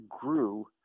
grew